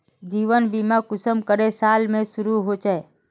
जीवन बीमा कुंसम करे साल से शुरू होचए?